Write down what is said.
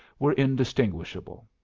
were indistinguishable.